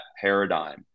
paradigm